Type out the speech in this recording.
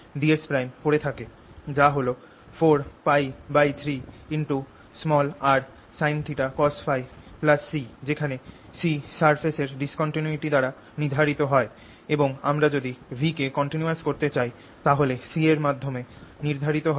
ds পড়ে থাকে যা হল 4π3rsinθcosՓ C যেখানে C সারফেস এর ডিসকন্টিনুইটি দ্বারা নির্ধারিত হয় এবং আমরা যদি V কে কন্টিনুয়াস করতে চাই তাহলে C এর মাধ্যমে নির্ধারিত হবে